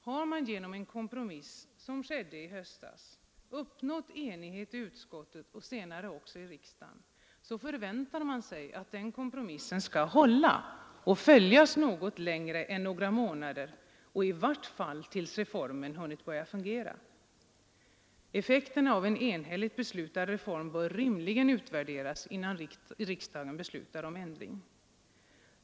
Har man genom en kompromiss, som skedde i höstas, uppnått enighet i utskottet och senare också i riksdagen, förväntar man sig att den kompromissen skall hålla och följas något längre än några månader och i vart fall tills reformen hunnit börja fungera. Effekterna av en enhälligt beslutad reform bör rimligen utvärderas innan riksdagen beslutar om ändring.